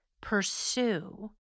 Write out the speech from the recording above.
pursue